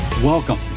Welcome